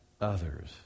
others